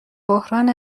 بحران